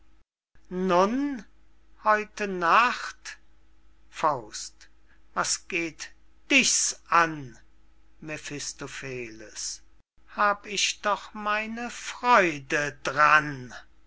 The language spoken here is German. heute nacht was geht dich's an mephistopheles hab ich doch meine freude d'ran